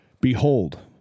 Behold